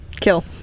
Kill